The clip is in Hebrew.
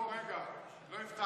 אנחנו לא הבטחנו,